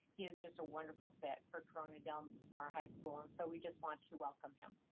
he is just a wonderful fit for corona del um mar high school. and so we just want to welcome him.